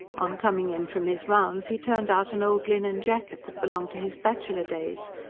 on coming in from his rounds he turned out an old linen jacket that belonged to his bachelor days,